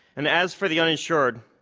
and as for the uninsured,